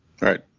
Right